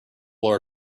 lower